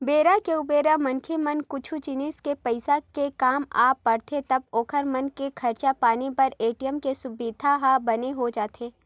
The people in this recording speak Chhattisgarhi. बेरा के उबेरा मनखे मन ला कुछु जिनिस के पइसा के काम आ पड़थे तब ओखर मन के खरचा पानी बर ए.टी.एम के सुबिधा ह बने हो जाथे